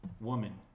Woman